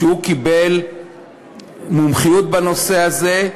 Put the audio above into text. שיש לו מומחיות בנושא הזה,